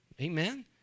Amen